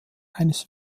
eines